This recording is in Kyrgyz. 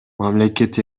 мамлекет